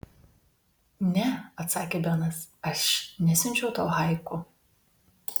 ne atsakė benas aš nesiunčiau tau haiku